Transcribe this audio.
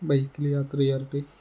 ബൈക്കിൽ യാത്ര